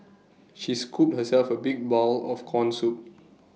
she scooped herself A big bowl of Corn Soup